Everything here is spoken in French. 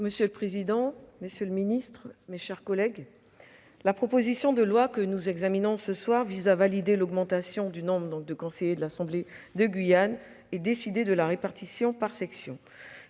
Monsieur le président, monsieur le ministre, mes chers collègues, la proposition de loi que nous examinons cet après-midi tend à valider l'augmentation du nombre de conseillers de l'assemblée de Guyane et à décider de la répartition des sièges